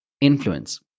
influence